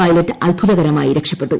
pilot അത്ഭുതകരമായി രക്ഷപ്പെട്ടു